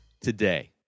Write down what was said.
today